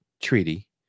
treaty